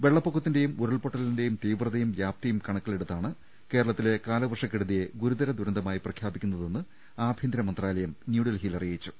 വെള്ളപ്പൊക്കത്തിന്റേയും ഉരുൾപ്പൊട്ടലി ന്റേയും തീവ്രതയും വ്യാപ്തിയും കണക്കിലെടുത്താണ് കേരളത്തിലെ കാലവർഷ കെടുതിയെ ഗുരുതര ദുരന്തമായി പ്രഖ്യാപിക്കുന്നതെന്ന് ആഭ്യന്തര മന്ത്രാലയം ന്യൂഡൽഹിയിൽ അറിയിച്ചു